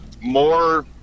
more